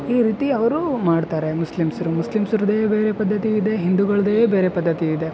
ಈ ರೀತಿ ಅವರು ಮಾಡ್ತಾರೆ ಮುಸ್ಲಿಂಸ್ರು ಮುಸ್ಲಿಂಸ್ರ್ದೇ ಬೇರೆ ಪದ್ದತಿಯಿದೆ ಹಿಂದೂಗಳದ್ದೇ ಬೇರೆ ಪದ್ಧತಿಯಿದೆ